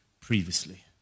previously